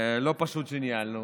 לא פשוט שניהלנו.